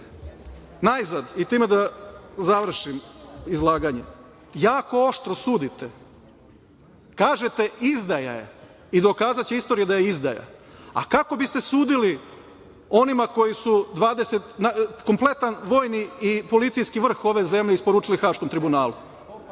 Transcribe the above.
Najzad i time da završim izlaganje, jako oštro sudite, kažete, izdaja je, i dokazaće istorija da je izdaja, a kako biste sudili onima koji su kompletan i vojni i policijski vrh ove zemlje isporučili Haškom tribunalu?